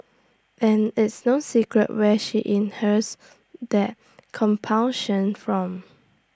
and it's no secret where she inherits that compunction from